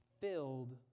filled